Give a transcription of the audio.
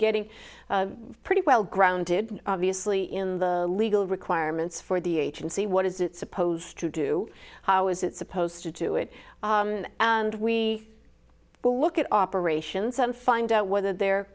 getting pretty well grounded obviously in the legal requirements for the agency what is it supposed to do how is it supposed to do it and we will look at operations and find out whether they're